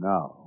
Now